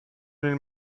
nel